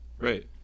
Right